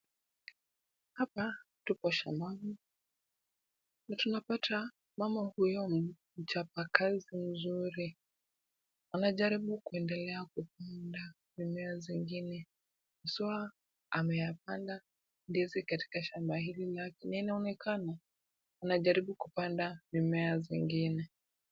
Hapa tuko shambani na tunampata mama huyo mchapakazi mzuri. Anajaribu kuendelea kupanda mimea zingine haswa amepanda ndizi katika shamba hili lake na inaonekana anajaribu kupanda mimea zingine.